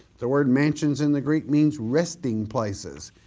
the word mansions in the greek means resting places,